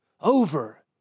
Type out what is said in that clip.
over